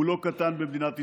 הוא לא קטן במדינת ישראל.